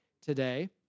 today